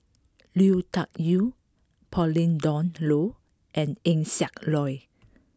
Lui Tuck Yew Pauline Dawn Loh and Eng Siak Loy